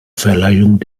verleihung